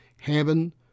Heaven